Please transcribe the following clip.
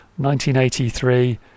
1983